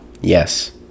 Yes